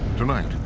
tonight,